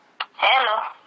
Hello